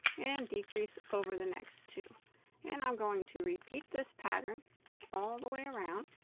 and decrease over the next two and i'm going to repeat this pattern all the way around